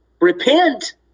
repent